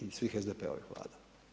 I svih SDP-ovih Vlada.